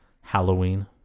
Halloween